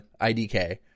IDK